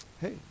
Hey